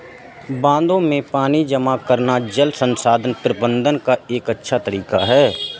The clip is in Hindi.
बांधों में पानी जमा करना जल संसाधन प्रबंधन का एक अच्छा तरीका है